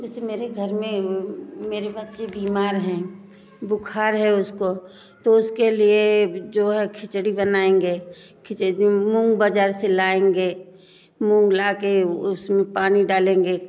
जैसे मेरे घर में मेरे बच्चे बीमार हैं बुख़ार है उसको तो उसके लिए जो हैं खिचड़ी बनाएंगे खिच मूंग बज़ार से लाएंगे मूंग ला कर उसमें पानी डालेंगे